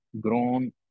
grown